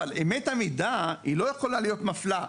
אבל אמת המידה לא יכולה להיות מפלה.